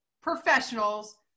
professionals